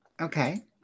Okay